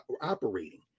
operating